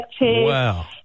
Wow